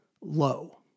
low